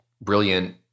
brilliant